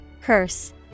Curse